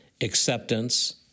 acceptance